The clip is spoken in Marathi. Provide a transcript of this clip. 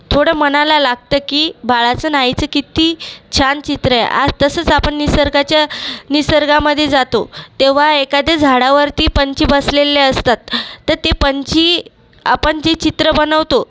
थोडं मनाला लागतं की बाळाचं आणि आईचं कित्ती छान चित्र आहे आ तसंच आपण निसर्गाच्या निसर्गामध्ये जातो तेव्हा एखाद्या झाडावरती पंछी बसलेले असतात तर ते पंछी आपण जे चित्र बनवतो